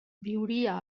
viuria